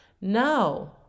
no